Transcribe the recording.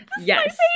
Yes